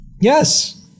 Yes